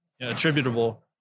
attributable